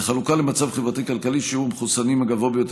בחלוקה למצב חברתי-כלכלי שיעור המחוסנים הגבוה ביותר